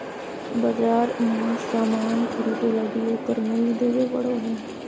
बाजार मे सामान ख़रीदे लगी ओकर मूल्य देबे पड़ो हय